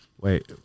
Wait